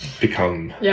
become